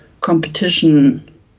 competition